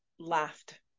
laughed